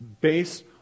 based